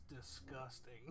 disgusting